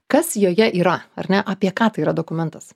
kas joje yra ar ne apie ką tai yra dokumentas